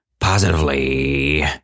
positively